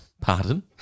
Pardon